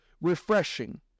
refreshing